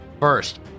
First